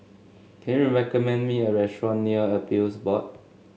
can you recommend me a restaurant near Appeals Board